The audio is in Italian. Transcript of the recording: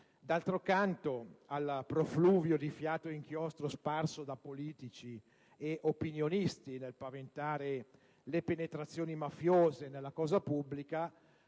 D'altro canto, al profluvio di fiato e inchiostro sparso da politici e opinionisti nel paventare le penetrazioni mafiose nella cosa pubblica,